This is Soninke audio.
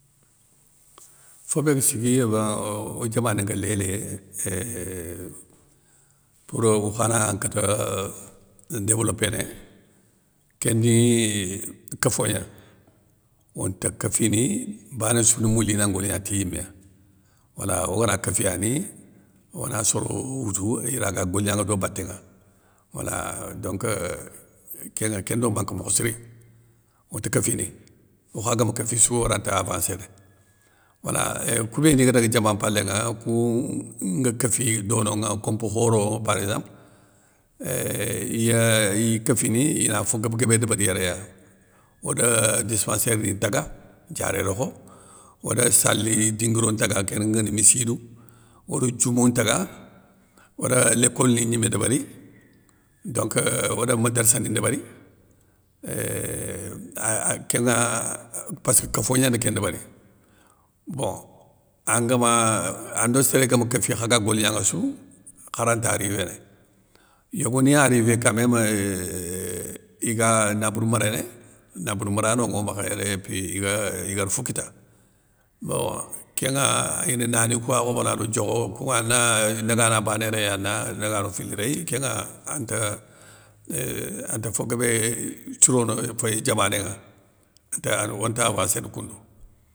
Fo bé ha sigui ébeino diamané nga lélé, éuuh pour okhana nkate développéné kéni, kofogna, onta kéfini, bané soune mouli na goligna ti yiméya wala, ogana kéfi ya ni, ona sorou woutou iraga golignanŋa do baténŋa wala euh donc kénŋa kéndo mank mokhe siri, onte kéfini, okha guéme kéffi sou oranta avansséné, wala. Eééuhh kou béni ga daga diaman mpalénŋa kou nga kéffi dononŋa kompo khoro parézample, éuuh iyeuh iye kéfini, ina fo guéb guébé débéri yéréya ode dispe. ssaire ni ntaga, diarérokho, ode sali dinguiro ntaga kén nguéni, missidou, ode djoumo ntaga, oda lécoleni gnimé débéri, donc euuh ode madarssa ni ndébéri, éuh ahh kénŋa passkeu kofo gnandi kén ndébéri. Bon angama ando séré guém kéffi khaga golignanŋa sou kharanta arrivéné, yogoni arrivé ka même éuuhh iga nabour méréné, nabour marano nŋo makhe yéré, épi igue iguér fo kita, bon kénŋa ina nani kouwa khobono ado diokho, kou ana nagana bané réy ana nagano fili réy, kénŋa anta euuh ante fo guébé sirono féy diamané nŋa, anta onta avansséné koundouŋa.